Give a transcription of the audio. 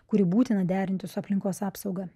kurį būtina derinti su aplinkos apsauga